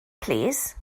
plîs